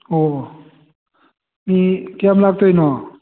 ꯑꯣ ꯃꯤ ꯀꯌꯥꯝ ꯂꯥꯛꯇꯣꯏꯅꯣ